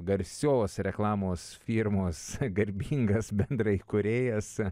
garsios reklamos firmos garbingas bendraįkūrėjas